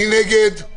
מי נגד?